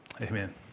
Amen